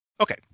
Okay